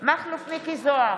מכלוף מיקי זוהר,